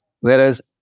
whereas